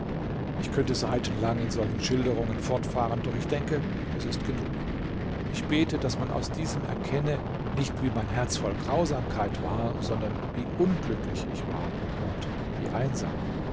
ich könnte seitenlang in solchen schilderungen fortfahren doch ich denke es ist genug ich bete daß man aus diesem erkenne nicht wie mein herz voll grausamkeit war sondern wie unglücklich ich war und wie einsam